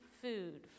food